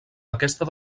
aquesta